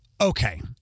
okay